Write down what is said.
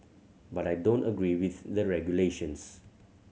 but I don't agree with the regulations